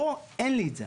פה אין לי את זה,